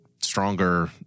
stronger